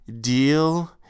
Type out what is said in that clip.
deal